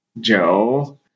Joe